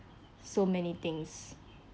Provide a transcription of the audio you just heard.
so many things